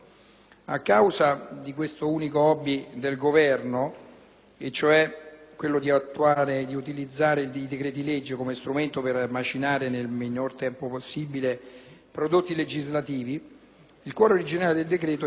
cioè quello di utilizzare il decreto‑legge come strumento per macinare nel minore tempo possibile prodotti legislativi, il cuore originario del decreto è stato arricchito da ulteriori disposizioni in materia di giochi di azzardo.